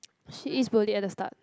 she is bully at the start